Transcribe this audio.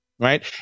Right